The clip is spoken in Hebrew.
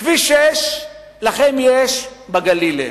כביש 6, לכם יש, בגליל אין.